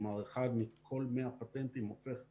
כלומר, 1 מכל 100 פטנטים הופך לחברה.